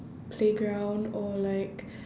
playground or like